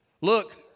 Look